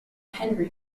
henry